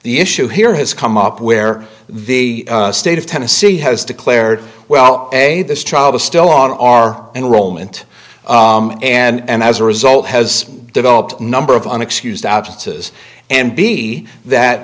the issue here has come up where the state of tennessee has declared well a this child is still on our enrollment and as a result has developed a number of an excused absences and b that